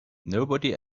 nobody